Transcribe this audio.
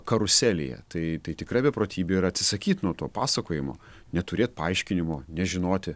karuselėje tai tai tikra beprotybė yra atsisakyt nuo to pasakojimo neturėt paaiškinimo nežinoti